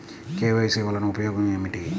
KYC వలన ఉపయోగం ఏమిటీ?